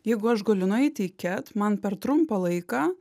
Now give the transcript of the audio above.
jeigu aš galiu nueiti į ket man per trumpą laiką